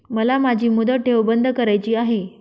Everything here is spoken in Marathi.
मला माझी मुदत ठेव बंद करायची आहे